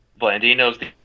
Blandino's